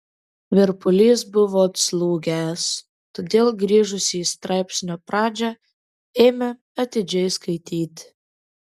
virpulys buvo atslūgęs todėl grįžusi į straipsnio pradžią ėmė atidžiai skaityti